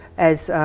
as